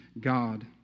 God